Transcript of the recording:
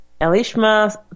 Elishma